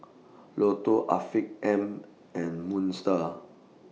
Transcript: Lotto Afiq M and Moon STAR